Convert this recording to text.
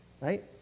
right